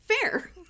fair